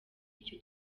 icyo